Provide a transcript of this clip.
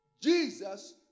Jesus